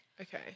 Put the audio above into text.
Okay